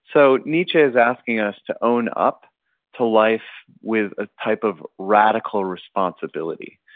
so, nietzsche's asking us to own up to life with a type of radical responsibility.